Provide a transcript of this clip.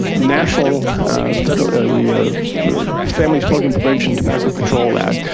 national federal, the family smoking prevention tobacco control act,